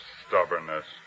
stubbornness